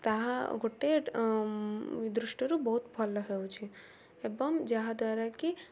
ତାହା ଗୋଟେ ଦୃଷ୍ଟିରୁ ବହୁତ ଭଲ ହେଉଛି ଏବଂ ଯାହାଦ୍ୱାରା କି